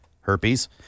herpes